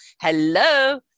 Hello